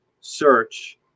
search